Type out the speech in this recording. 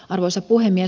arvoisa puhemies